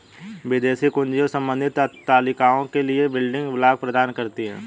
विदेशी कुंजियाँ संबंधित तालिकाओं के लिए बिल्डिंग ब्लॉक प्रदान करती हैं